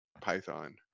python